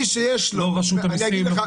לא רשות המסים,